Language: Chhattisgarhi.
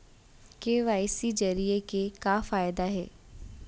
के.वाई.सी जरिए के का फायदा हे?